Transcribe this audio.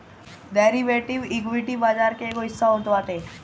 derivative, equity बाजार के एगो हिस्सा होत बाटे